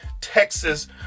Texas